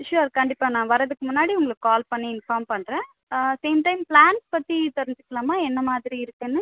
sewer கண்டிப்பா நான் வர்ரத்துக்கு முன்னாடி உங்களுக்கு கால் பண்ணி இன்ஃபார்ம் பண்றேன் சேம் டைம் பிளான்ஸ் பற்றி தெரிஞ்சிக்கலாமா என்ன மாதிரி இருக்குன்னு